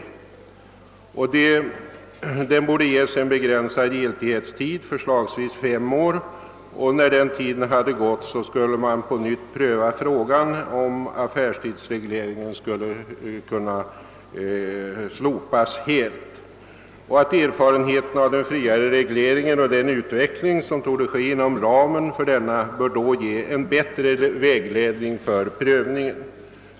Lagen borde ges en begränsad giltighetstid, förslagsvis fem år, och därefter skulle man på nytt pröva om affärstidsregleringen skulle kunna slopas helt. Erfarenheterna av den friare regleringen och den utveckling som kunde ske inom ramen för denna borde ge en bättre vägledning för prövningen.